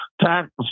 tax